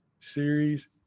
series